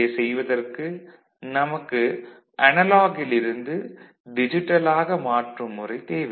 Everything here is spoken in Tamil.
இதைச் செய்வதற்கு நமக்கு அனலாக் இல் இருந்து டிஜிட்டல் ஆக மாற்றும் முறை தேவை